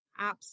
apps